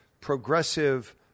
progressive